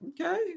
Okay